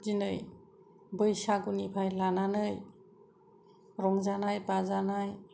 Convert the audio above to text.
दिनै बैसागुनिफ्राय लानानै रंजानाय बाजानाय